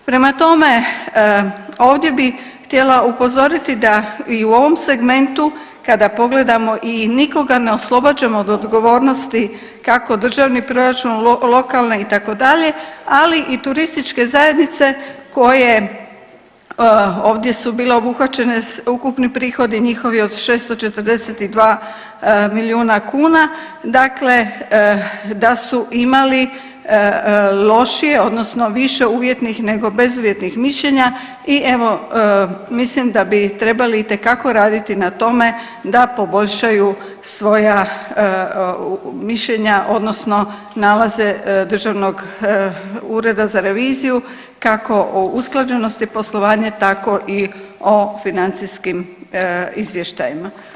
Prema tome, ovdje bih htjela upozoriti da i u ovom segmentu kada pogledamo i nikoga ne oslobađamo od odgovornosti, kako državni proračun, lokalne, itd., ali i turističke zajednice koje ovdje su bile obuhvaćene ukupni prihodi njihovi od 642 milijuna kuna, dakle da su imali lošije odnosno više uvjetnih nego bezuvjetnih mišljenja i evo, mislim da bi trebali itekako raditi na tome da poboljšaju svoja mišljenja odnosno nalaze Državnog ureda za reviziju, kako o usklađenosti poslovanja, tako i o financijskim izvještajima.